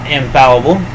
infallible